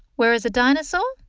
whereas a dinosaur?